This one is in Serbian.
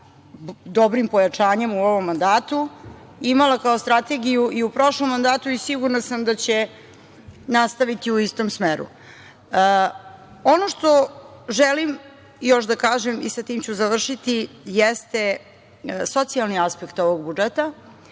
dobrim pojačanjem u ovom mandatu, imala kao strategiju i u prošlom mandatu i sigurna sam da će nastaviti u istom smeru. Ono što želim još da kažem, i sa tim ću završiti, jeste socijalni aspekt ovog budžeta.